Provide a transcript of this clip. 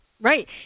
Right